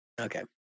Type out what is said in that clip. Okay